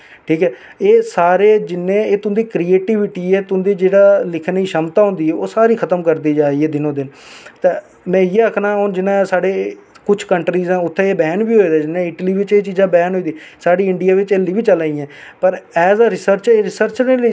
तेरी लोक बुराई करगङ तू उप्पर चुकोना हमेशा याद रक्खेआं औऱ साढ़े डोगरें दी बी इक मतलब कि क्हावत ऐ कि जिन्नी तेरी कोई बुराई जिन्नी तेरी कोई निंदेआ करग तू इन्ने उप्पर जाना और बाक्या मेरे डैडी होंदी ओह् गल्ल मिगी अज बी याद ऐ औऱ अज्ज बी में अगर उंदे कन्नै कुदे बौहनी हां दस्सें दिनें पंदरे दिनें उंदे कोला मिगी चार गल्ला सिखने गी मिलदी ना